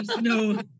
no